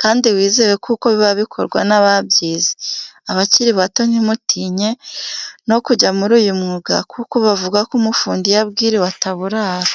kandi wizewe kuko biba bikorwa n'ababyize. Abakiri bato ntimutinye no kujya muri uyu mwuga kuko bavugako umufundi iyo abwiriwe ataburara.